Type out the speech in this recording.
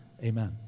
Amen